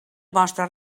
mostra